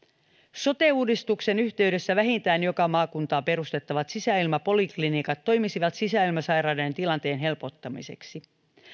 sote uudistuksen yhteydessä vähintään joka maakuntaan perustettavat sisäilmapoliklinikat toimisivat sisäilmasairaiden tilanteen helpottamiseksi